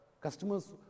Customers